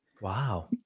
Wow